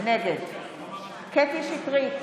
נגד קטי קטרין שטרית,